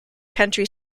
country